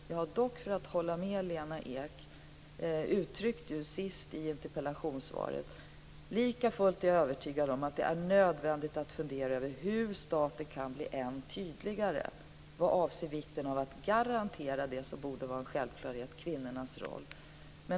Jag har dock, för att hålla med Lena Ek, sist i interpellationssvaret uttryckt: Likafullt är jag övertygad om att det är nödvändigt att fundera över hur staten kan bli än tydligare vad avser vikten av att garantera det som borde vara en självklarhet - kvinnornas roll.